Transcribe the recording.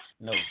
No